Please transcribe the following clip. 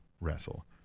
wrestle